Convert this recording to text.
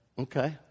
Okay